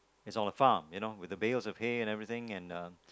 it's on a farm you know with the bails of hay and everything and uh